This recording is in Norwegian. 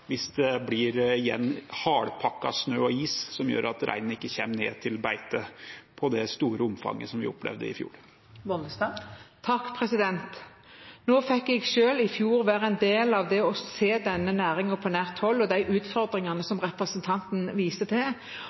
hvis det igjen blir hardpakket snø og is, som gjør at reinen ikke kommer ned til beitet, i det store omfanget som vi opplevde i fjor. Jeg fikk i fjor selv se denne næringen og de utfordringene som representanten Sandtrøen viser til, på nært hold.